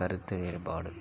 கருத்து வேறுபாடு